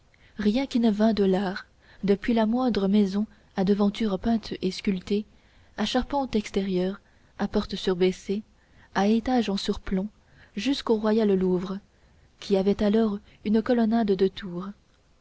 rien qui ne vînt de l'art depuis la moindre maison à devanture peinte et sculptée à charpente extérieure à porte surbaissée à étages en surplomb jusqu'au royal louvre qui avait alors une colonnade de tours